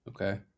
Okay